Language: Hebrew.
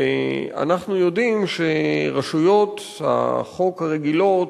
ואנחנו יודעים שרשויות החוק הרגילות,